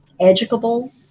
educable